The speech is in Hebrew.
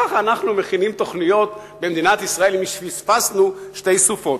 ככה אנחנו מכינים תוכניות במדינת ישראל אם פספסנו שתי סופות.